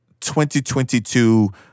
2022